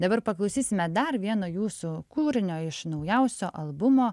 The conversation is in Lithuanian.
dabar paklausysime dar vieno jūsų kūrinio iš naujausio albumo